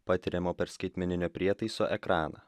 patiriamo per skaitmeninio prietaiso ekraną